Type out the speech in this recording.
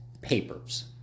Papers